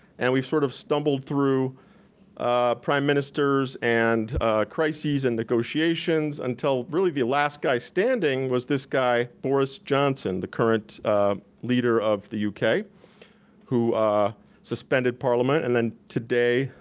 and we've sort of stumbled through prime ministers and crises and negotiations until really the last guy standing was this guy, boris johnson, the current leader of the uk who suspended parliament, and then today,